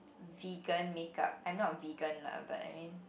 vegan makeup I'm not vegan lah but I mean